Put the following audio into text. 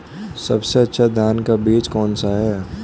सबसे अच्छा धान का बीज कौन सा होता है?